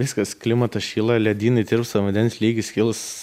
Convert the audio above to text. viskas klimatas šyla ledynai tirpsta vandens lygis kils